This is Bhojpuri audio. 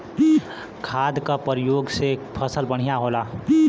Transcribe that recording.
खाद क परयोग से फसल बढ़िया होला